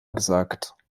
gesagt